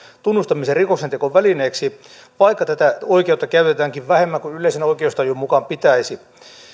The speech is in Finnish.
tunnustamisen rikoksentekovälineeksi vaikka tätä oikeutta käytetäänkin vähemmän kuin yleisen oikeustajun mukaan pitäisi